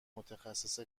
متخصص